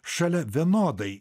šalia vienodai